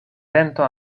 vento